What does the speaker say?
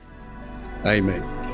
Amen